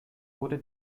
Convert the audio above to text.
wurde